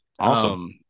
Awesome